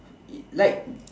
like